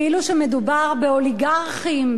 כאילו מדובר באוליגרכים,